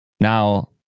Now